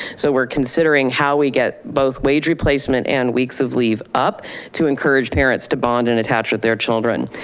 so we're considering how we get both wage replacement and weeks of leave up to encourage parents to bond and attach with their children.